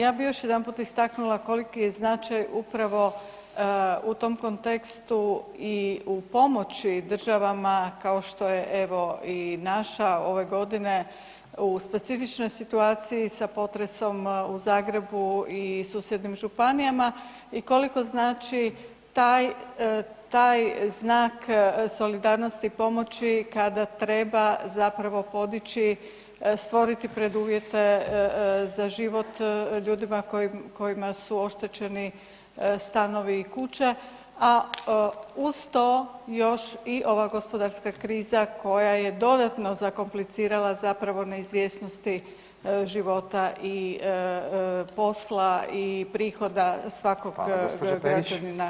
još jedanput istaknula koliki je značaj upravo u tom kontekstu i u pomoći državama kao što je evo i naša ove godine, u specifičnoj situaciji sa potresom u Zagrebu i susjednim županijama i koliko znači taj znak solidarnosti i pomoći kada treba zapravo podići, stvoriti preduvjete za život ljudima kojima su oštećeni stanovi i kuće a uz to još i ova gospodarska kriza koja je dodatno zakomplicirala zapravo neizvjesnosti života i posla i prihoda svakog građanina Hrvatske.